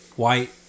white